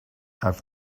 have